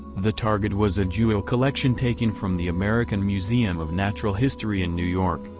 the target was a jewel collection taken from the american museum of natural history in new york,